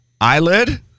Eyelid